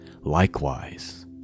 Likewise